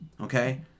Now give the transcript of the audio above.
okay